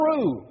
true